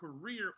career